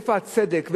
ואיפה הצדק,